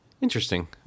Interesting